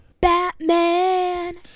Batman